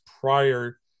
prior